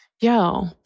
Yo